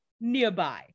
nearby